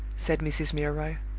said mrs. milroy.